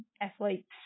athletes